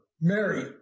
Mary